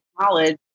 knowledge